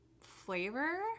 flavor